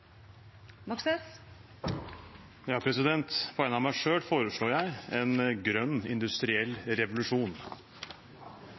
På vegne av meg selv foreslår jeg en grønn industriell